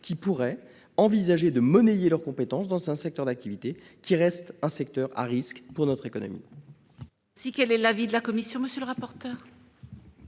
qui pourraient envisager de monnayer leurs compétences dans un secteur d'activité qui reste un secteur à risque pour notre économie.